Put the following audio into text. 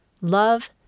Love